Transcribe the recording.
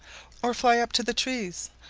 or fly up to the trees,